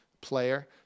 player